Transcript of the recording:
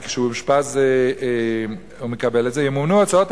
כי כשהוא אושפז הוא מקבל את זה: "ימומנו הוצאות